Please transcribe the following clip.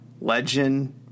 Legend